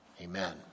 Amen